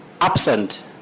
absent